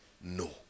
No